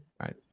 Right